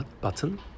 button